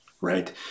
right